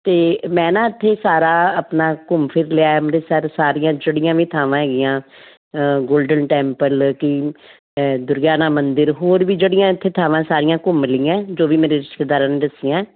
ਅਤੇ ਮੈਂ ਨਾ ਇੱਥੇ ਸਾਰਾ ਆਪਣਾ ਘੁੰਮ ਫਿਰ ਲਿਆ ਅੰਮ੍ਰਿਤਸਰ ਸਾਰੀਆਂ ਜਿਹੜੀਆਂ ਵੀ ਥਾਵਾਂ ਹੈਗੀਆਂ ਗੋਲਡਨ ਟੈਂਪਲ ਕੀ ਦੁਰਗਿਆਨਾ ਮੰਦਿਰ ਹੋਰ ਵੀ ਜਿਹੜੀਆਂ ਇੱਥੇ ਥਾਵਾਂ ਸਾਰੀਆਂ ਘੁੰਮ ਲਈਆਂ ਜੋ ਵੀ ਮੇਰੇ ਰਿਸ਼ਤੇਦਾਰਾਂ ਨੇ ਦੱਸੀਆਂ